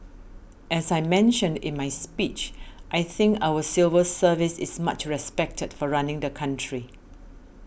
as I mentioned in my speech I think our civil service is much respected for running the country